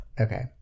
Okay